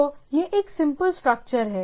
तो यह एक सिंपल स्ट्रक्चर है